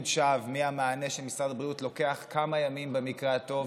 שווא מהמענה של משרד הבריאות לוקח כמה ימים במקרה הטוב,